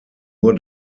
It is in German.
nur